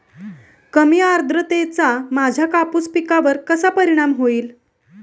कमी आर्द्रतेचा माझ्या कापूस पिकावर कसा परिणाम होईल?